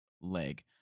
leg